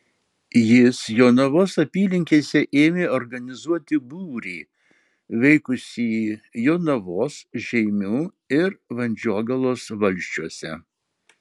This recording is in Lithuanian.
jis jonavos apylinkėse ėmė organizuoti būrį veikusį jonavos žeimių ir vandžiogalos valsčiuose